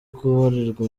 guharirwa